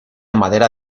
madera